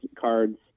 cards